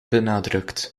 benadrukt